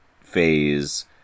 phase